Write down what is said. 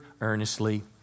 earnestly